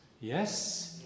Yes